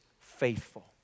faithful